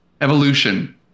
Evolution